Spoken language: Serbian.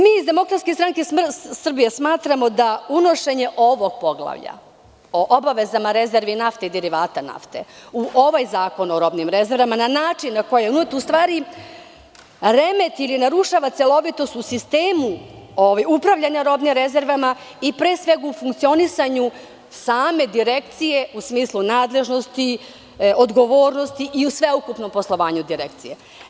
Mi iz DSS smatramo da unošenje ovog poglavlja o obavezama rezervi nafte i naftnih derivata u ovaj zakon o robnim rezervama, na način na koji je unet, remeti ili narušava celovitost u sistemu upravljanja robnim rezervama i pre svega u funkcionisanju same direkcije u smislu nadležnosti, odgovornosti i u sveukupnom poslovanju direkcije.